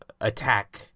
attack